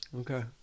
Okay